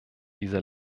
diese